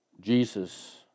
Jesus